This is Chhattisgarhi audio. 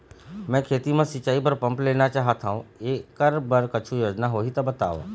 मैं खेती म सिचाई बर पंप लेना चाहत हाव, एकर बर कुछू योजना होही त बताव?